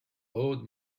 old